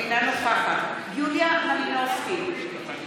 אינה נוכחת יוליה מלינובסקי קונין,